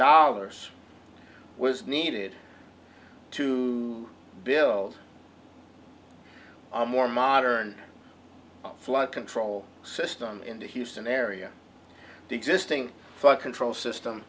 dollars was needed to build a more modern flood control system in the houston area the existing thought control system